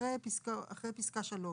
אחרי פסקה (3).